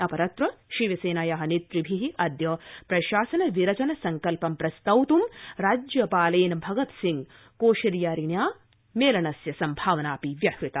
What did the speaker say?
अपरत्र शिवसेनाया नेतृभि अद्य प्रशासन विरचन संकल्पं प्रस्तौत् राज्यपालेन भगत सिंह कोशियारिणा मेलनस्य संभावना व्याहृता